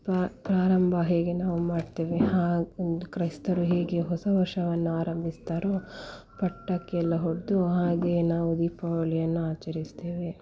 ಪ್ರ ಪ್ರಾರಂಭ ಹೇಗೆ ನಾವು ಮಾಡ್ತೇವೆ ಹಾಗೆ ಒಂದು ಕ್ರೈಸ್ತರು ಹೇಗೆ ಹೊಸ ವರ್ಷವನ್ನು ಆರಂಭಿಸ್ತಾರೋ ಪಟಾಕಿಯೆಲ್ಲ ಹೊಡೆದು ಹಾಗೇ ನಾವು ದೀಪಾವಳಿಯನ್ನು ಆಚರಿಸ್ತೇವೆ